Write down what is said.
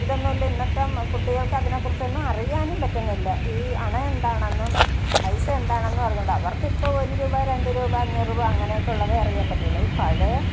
ഇതൊന്നുമല്ല ഇന്നത്തെ കുട്ടികൾക്ക് അതിനെക്കുറിച്ച് ഒന്നും അറിയാനും പറ്റുന്നില്ല ഈ അണ എന്താണെന്നും പൈസ എന്താണെന്നും അറിഞ്ഞുകൂടാ അവർക്കിപ്പോൾ ഒരു രൂപ രണ്ട് രൂപ അഞ്ഞൂറ് രൂപ അങ്ങനെയൊക്കെ ഉള്ളതേ അറിയാൻ പറ്റുകയുള്ളൂ ഈ പഴയ